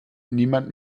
niemand